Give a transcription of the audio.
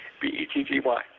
B-E-T-G-Y